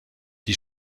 die